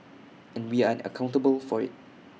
and we are accountable for IT